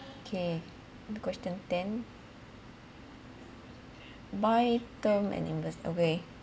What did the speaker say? okay question ten buy term and invest away